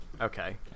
Okay